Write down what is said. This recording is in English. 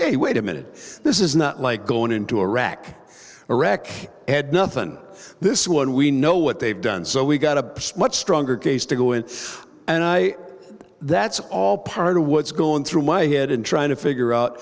hey wait a minute this is not like going into iraq iraq had nothing this war and we know what they've done so we've got a much stronger case to go in and i that's all part of what's going through my head in trying to figure out